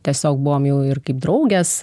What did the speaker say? tiesiog buvom jau ir kaip draugės